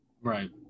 Right